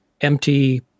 empty